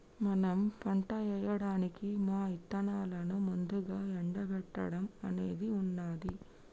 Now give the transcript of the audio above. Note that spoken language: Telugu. మనం పంట ఏయడానికి మా ఇత్తనాలను ముందుగా ఎండబెట్టడం అనేది ఉన్నది